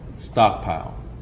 stockpile